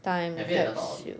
time capsule